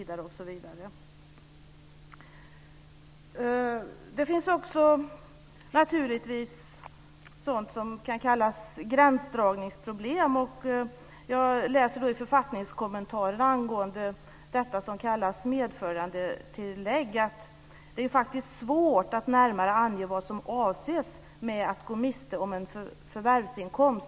Det finns naturligtvis också sådant som kan kallas gränsdragningsproblem. Jag läser i författningskommentarerna angående det som kallas medföljandetillägg att det är svårt att närmare ange vad som avses med att gå miste om en förvärvsinkomst.